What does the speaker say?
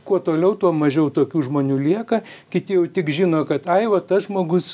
kuo toliau tuo mažiau tokių žmonių lieka kiti jau tik žino kad ai va tas žmogus